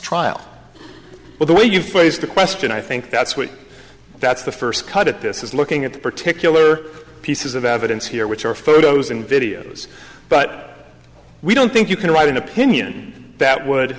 trial well the way you phrased the question i think that's what that's the first cut at this is looking at particular pieces of evidence here which are photos and videos but we don't think you can write an opinion that would